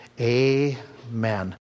Amen